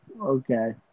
Okay